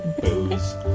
Booze